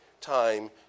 time